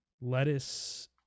Lettuce